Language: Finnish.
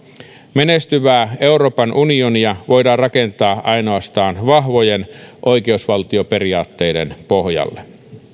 menestyvää euroopan unionia voidaan rakentaa ainoastaan vahvojen oikeusval tioperiaatteiden pohjalle